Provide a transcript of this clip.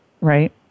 right